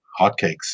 hotcakes